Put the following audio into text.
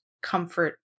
comfort